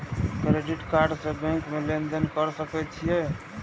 Credit card से bank में लेन देन कर सके छीये?